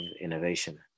innovation